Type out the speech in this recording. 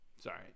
Sorry